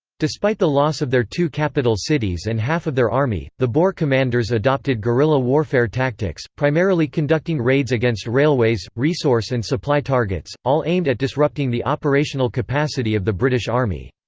despite the loss of their two capital cities and half of their army, the boer commanders adopted guerrilla warfare tactics, primarily conducting raids against railways, resource and supply targets, all aimed at disrupting the operational capacity of the british army.